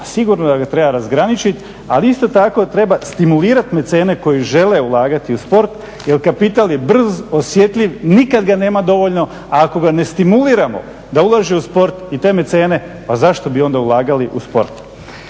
Sigurno da ga treba razgraničiti ali isto tako treba stimulirati mecene koji žele ulagati u spor jer kapital je brz, osjetljiv, nikada ga nema dovoljno. A ako ga ne stimuliramo da ulaže u sport i te mecene pa zašto bi onda ulagali u sport.